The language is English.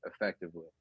effectively